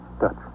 Dutch